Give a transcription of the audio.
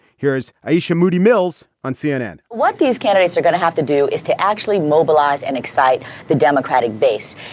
here is aisha moody mills on cnn what these candidates are going to have to do is to actually mobilize and excite the democratic base.